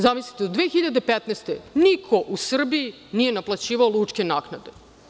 Zamislite, do 2015. godine niko u Srbiji nije naplaćivao lučke naknade.